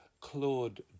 Claude